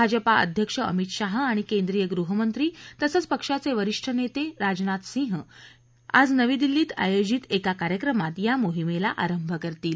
भाजपा अध्यक्ष अमित शाह आणि केंद्रीय गृहमंत्री आणि पक्षाचे वरिष्ठ नेते राजनाथ सिंह आज नवी दिल्लीत आयोजित एका कार्यक्रमात या मोहिमेला आरंभ करतील